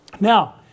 Now